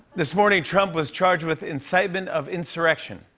this morning, trump was charged with incitement of insurrection.